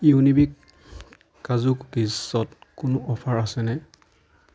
ইউনিবিক কাজু কুকিজত কোনো অ'ফাৰ আছেনে